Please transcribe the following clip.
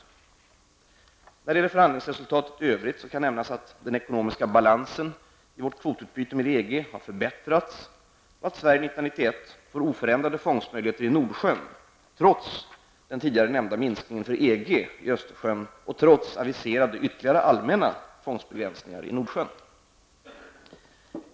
Beträffande förhandlingsresultatet i övrigt kan nämnas att den ekonomiska balansen i vårt kvotutbyte med EG har förbättrats och att Sverige 1991 får oförändrade fångstmöjligheter i Nordsjön, trots den tidigare nämnda minskningen för EG i Östersjön och trots aviserade ytterligare allmänna fångstbegränsningar i Nordsjön.